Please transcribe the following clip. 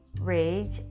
rage